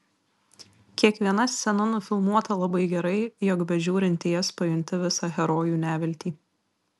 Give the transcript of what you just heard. kiekviena scena nufilmuota labai gerai jog bežiūrint į jas pajunti visą herojų neviltį